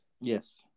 Yes